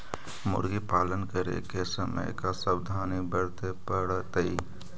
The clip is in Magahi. मुर्गी पालन करे के समय का सावधानी वर्तें पड़तई?